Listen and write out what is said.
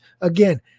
Again